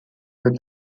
with